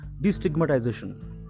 destigmatization